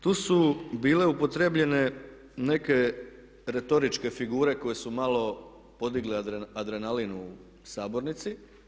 Tu su bile upotrijebljene neke retoričke figure koje su malo podigle adrenalin u sabornici.